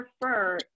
prefer